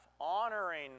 Honoring